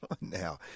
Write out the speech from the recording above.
now